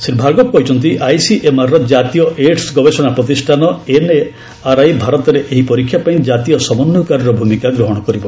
ଶ୍ରୀ ଭାର୍ଗବ କହିଛନ୍ତି ଆଇସିଏମ୍ଆରର ଜାତୀୟ ଏଡ୍ସ ଗବେଷଣା ପ୍ରତିଷାନ ଏନ୍ଏଆର୍ଆଇ ଭାରତରେ ଏହି ପରୀକ୍ଷା ପାଇଁ ଜାତୀୟ ସମନ୍ୱୟକାରୀର ଭୂମିକା ଗ୍ରହଣ କରିବ